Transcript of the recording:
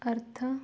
ಅರ್ಥ